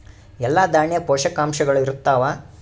ಎಲ್ಲಾ ದಾಣ್ಯಾಗ ಪೋಷಕಾಂಶಗಳು ಇರತ್ತಾವ?